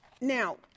Now